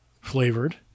flavored